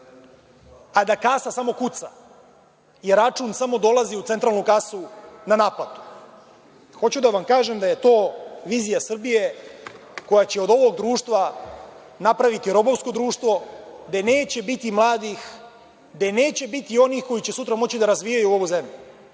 a da kasa samo kuca i račun samo dolazi u centralnu kasu na naplatu. Hoću da vam kažem da je to vizija Srbije koja će od ovog društva napraviti robovsko društvo, gde neće biti mladih, gde neće biti onih koji će sutra moći da razvijaju ovu zemlju.